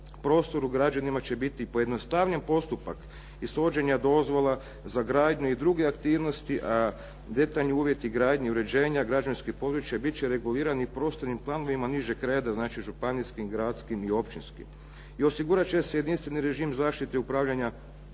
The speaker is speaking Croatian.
prostoru građanima će biti pojednostavljen postupak ishođenja dozvola za gradnju i druge aktivnosti, a detaljni uvjeti gradnje i uređenja građanskih područja biti će regulirani prostornim planovima nižeg reda, znači županijskim, gradskim i općinskim. I osigurati će se jedinstveni režim zaštite upravljanja